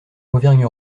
auvergne